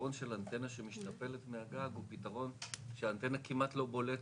הפתרון של אנטנה שמשתפלת מהגג הוא פתרון שהאנטנה כמעט לא בולטת,